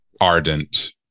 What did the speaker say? ardent